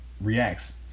reacts